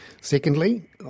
Secondly